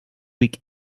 week